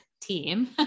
team